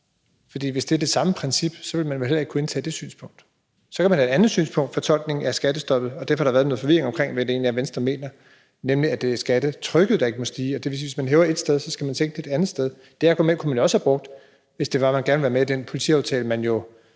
For hvis det er det samme princip, ville man vel heller ikke kunne indtage det synspunkt. Så kan der være et andet synspunkt i forhold til fortolkning af skattestoppet, og derfor har der været noget forvirring omkring, hvad det egentlig er, Venstre mener, nemlig at det er skattetrykket, der ikke må stige. Og det vil sige, at hvis man hæver det ét sted, skal man sænke det et andet sted. Det argument kunne man jo også have brugt, hvis man gerne ville have været med i den politiaftale, som man jo